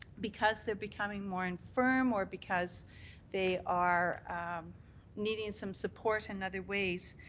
because they're becoming more infirm or because they are needing some support in other ways,